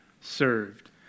served